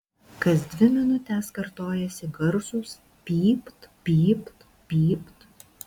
kas dvi minutes kartojosi garsūs pypt pypt pypt